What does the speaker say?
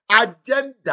Agenda